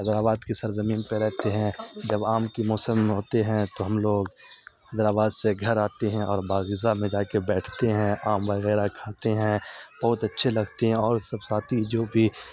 حیدرآباد کی سر زمین پہ رہتے ہیں جب آم کے موسم میں ہوتے ہیں تو ہم لوگ حیدرآباد سے گھر آتے ہیں اور باغیچہ میں جا کے بیٹھتے ہیں آم وغیرہ کھاتے ہیں بہت اچھے لگتے ہیں اور سب ساتھی جو بھی